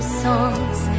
songs